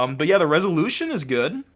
um but yeah, the resolution is good.